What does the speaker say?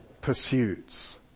pursuits